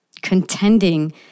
contending